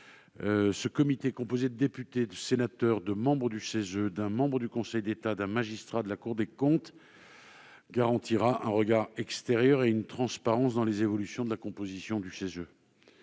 Ce comité, composé de députés, de sénateurs, de membres du CESE, d'un membre du Conseil d'État et d'un magistrat de la Cour des comptes garantira un regard extérieur et une transparence dans les évolutions de la composition du CESE.